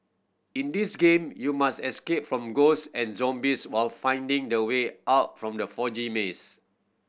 in this game you must escape from ghosts and zombies while finding the way out from the foggy maze